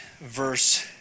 verse